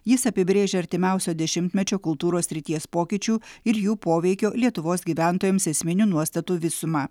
jis apibrėžia artimiausio dešimtmečio kultūros srities pokyčių ir jų poveikio lietuvos gyventojams esminių nuostatų visumą